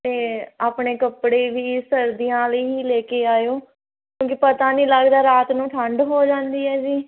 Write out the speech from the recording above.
ਅਤੇ ਆਪਣੇ ਕੱਪੜੇ ਵੀ ਸਰਦੀਆਂ ਲਈ ਹੀ ਲੈ ਕੇ ਆਇਓ ਕਿਉਂਕਿ ਪਤਾ ਨਹੀਂ ਲੱਗਦਾ ਰਾਤ ਨੂੰ ਠੰਡ ਹੋ ਜਾਂਦੀ ਹੈ